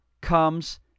comes